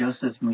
Joseph